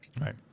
right